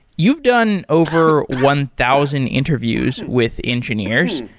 you've done over one thousand interviews with engineers.